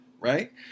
right